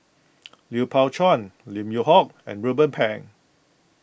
Lui Pao Chuen Lim Yew Hock and Ruben Pang